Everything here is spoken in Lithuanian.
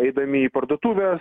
eidami į parduotuves